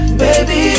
baby